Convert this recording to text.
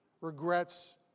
regrets